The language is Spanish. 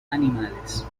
animales